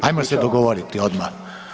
Hajmo se dogovoriti odmah.